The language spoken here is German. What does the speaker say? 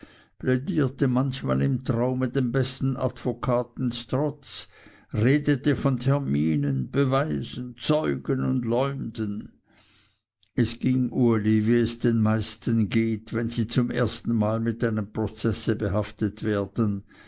plädierte manchmal im traume dem besten advokaten ztrotz redete von terminen beweisen zeugen und leumden es ging uli wie es den meisten geht wenn sie zum erstenmal mit einem prozesse behaftet werden